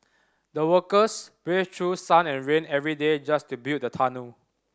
the workers braved through sun and rain every day just to build the tunnel